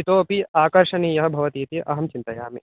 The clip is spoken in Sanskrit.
इतोऽपि आकर्षणीयः भवतीति अहं चिन्तयामि